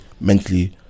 mentally